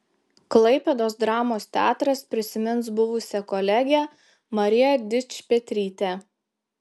klaipėdos dramos teatras prisimins buvusią kolegę mariją dičpetrytę